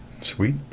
Sweet